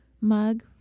mug